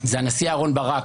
זה הנשיא אהרן ברק,